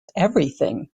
everything